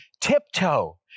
tiptoe